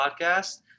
podcast